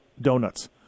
donuts